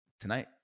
tonight